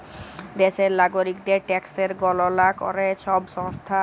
দ্যাশের লাগরিকদের ট্যাকসের গললা ক্যরে ছব সংস্থা